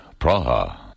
Praha